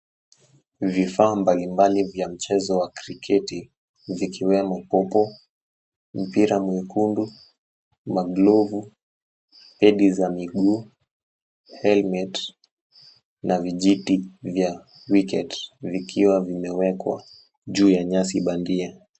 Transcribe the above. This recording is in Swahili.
Vifaa mbalimbali vya mchezo wa kriketi vikiwemo gogo, mpira mwekundu, maglovu, pedi za miguu, helmet na vijiti vya kriketi vikiwa vimewekwa juu ya nyasi bandia.